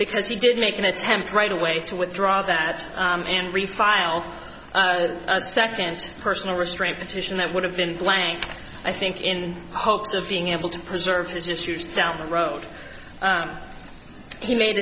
because he did make an attempt right away to withdraw that and refile a second personal restraint petition that would have been blank i think in hopes of being able to preserve his issues down the road he made